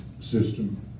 system